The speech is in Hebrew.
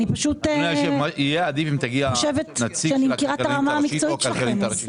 אני פשוט חושבת שאני מכירה את הרמה המקצועית שלכם